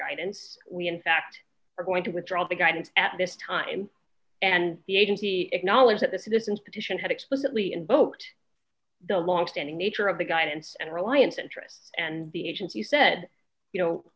guidance we in fact are going to withdraw the guidance at this time and the agency acknowledged that this institution had explicitly in boat the longstanding nature of the guidance and reliance interests and the agency said you know